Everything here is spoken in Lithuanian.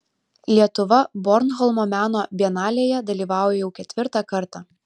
lietuva bornholmo meno bienalėje dalyvauja jau ketvirtą kartą